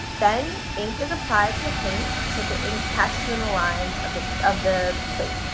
then, ink is applied to the plate so the ink catches in the lines of the of the plate.